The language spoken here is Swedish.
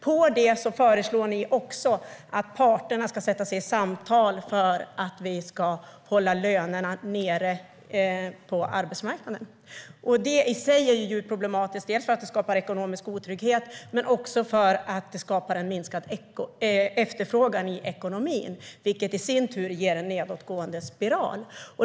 På det föreslår ni att parterna ska sätta sig i samtal för att vi ska hålla lönerna nere på arbetsmarknaden. Det i sig är djupt problematiskt för att det skapar ekonomisk otrygghet men också för att det skapar en minskad efterfrågan i ekonomin, vilket i sin tur ger en nedåtgående spiral.